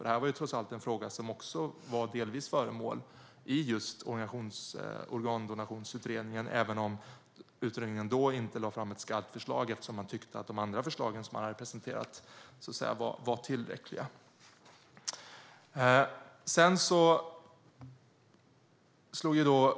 Detta var trots allt en fråga som delvis var föremål för Organdonationsutredningen, även om utredningen då inte lade fram ett skarpt förslag, eftersom man tyckte att de andra förslagen som man hade presenterat var tillräckliga.